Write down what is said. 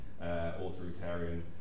authoritarian